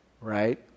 Right